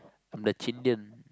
I'm the Chindian